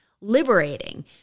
liberating